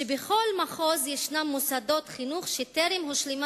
שבכל מחוז יש מוסדות חינוך שטרם הושלמה